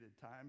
time